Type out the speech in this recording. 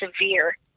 severe